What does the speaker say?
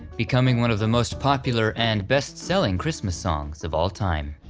becoming one of the most popular and best-selling christmas songs of all time.